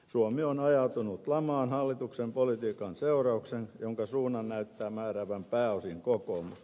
suomi on ajautunut lamaan hallituksen politiikan seurauksena jonka suunnan näyttää määräävän pääosin kokoomus